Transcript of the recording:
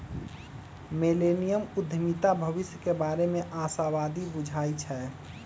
millennium उद्यमीता भविष्य के बारे में आशावादी बुझाई छै